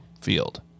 field